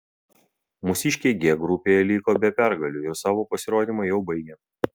mūsiškiai g grupėje liko be pergalių ir savo pasirodymą jau baigė